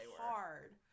hard